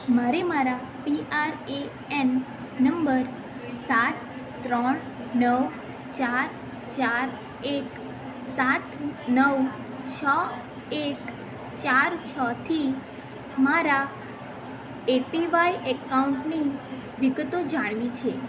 મારે મારા PRAN number સાત ત્રણ નવ ચાર ચાર એક સાત નવ છ એક ચાર છથી મારા એપીવાય એકાઉન્ટની વિગતો જાણવી છે